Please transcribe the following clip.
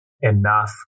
enough